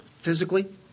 physically